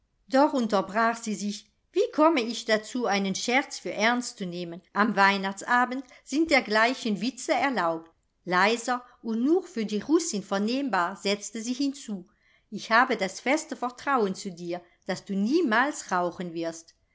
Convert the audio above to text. doch unterbrach sie sich wie komme ich dazu einen scherz für ernst zu nehmen am weihnachtsabend sind dergleichen witze erlaubt leiser und nur für die russin vernehmbar setzte sie hinzu ich habe das feste vertrauen zu dir daß du niemals rauchen wirst